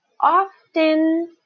often